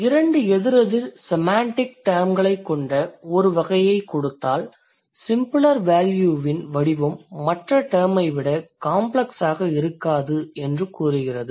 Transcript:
இரண்டு எதிரெதிர் செமாண்டிக் டெர்ம்களைக் கொண்ட ஒரு வகையைக் கொடுத்தால் சிம்பிளர் வேல்யூவின் வடிவம் மற்ற டெர்ம் ஐ விட காம்ப்ளக்ஸாக இருக்காது என்று கூறுகிறது